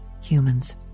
humans